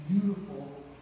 beautiful